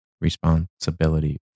responsibility